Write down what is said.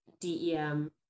DEM